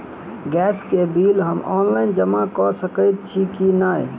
Gas केँ bill हम online जमा कऽ सकैत छी की नै?